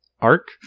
arc